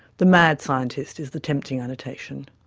the mad scientist is the tempting annotation.